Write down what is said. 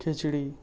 کھچڑی